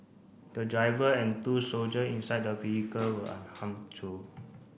the driver and two soldier inside the vehicle were unharmed